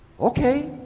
Okay